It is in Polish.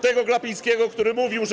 Tego Glapińskiego, który mówił, że.